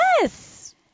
Yes